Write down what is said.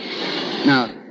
Now